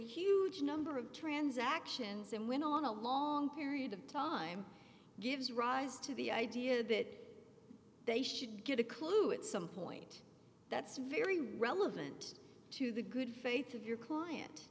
huge number of transactions and went on a long period of time gives rise to the idea bit they should get a clue at some point that's very relevant to the good faith of your client